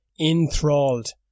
Enthralled